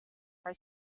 for